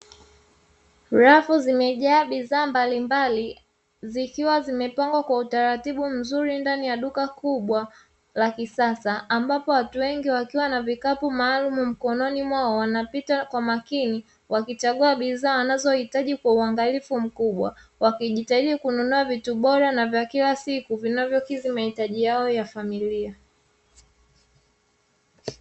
Rafu zimejaa bidhaa mbalimbali zikiwa zimepangwa kwa utaratibu mzuri ndani ya duka kubwa la kisasa, ambapo watu wengi wakiwa na vikapu maalumu mkononi mwao wanapita kwa makini wakichagua bidhaa wanazohitaji kwa uangalifu mkubwa, wakijitahidi kununua vitu bora na vya kila siku vinavyokidhi mahitaji yao ya familia.